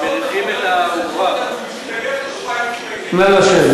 נא לשבת.